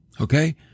Okay